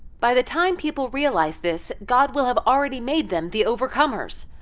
by the time people realize this, god will have already made them the overcomers.